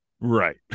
Right